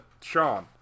Sean